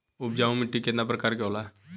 उपजाऊ माटी केतना प्रकार के होला?